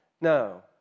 No